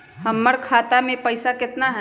हमर खाता मे पैसा केतना है?